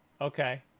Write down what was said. Okay